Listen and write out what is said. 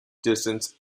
distance